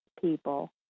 people